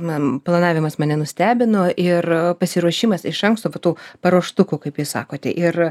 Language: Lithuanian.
man planavimas mane nustebino ir pasiruošimas iš anksto va tų paruoštukų kaip jūs sakote ir